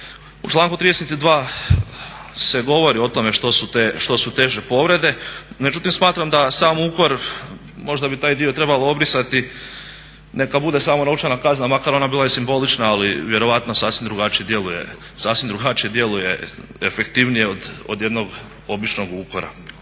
U članku 32.se govori o tome što su teže povrede, međutim smatram da sam ukor, možda bi taj dio trebalo obrisati, neka bude samo novčana kazna makar ona bila i simbolična ali vjerojatno sasvim drugačiji djeluje, sasvim drugačije efektivnije od jednog običnog ukora.